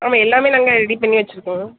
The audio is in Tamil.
ஆமாம் எல்லாமே நாங்கள் ரெடி பண்ணி வச்சிருக்கோம்